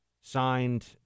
signed